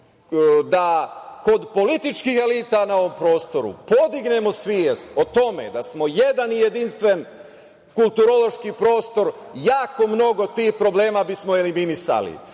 da kod političkih elita na ovom prostoru podignemo svest o tome da smo jedan jedinstven kulturološki prostor, jako mnogo tih problema bismo eliminisali.